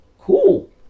cool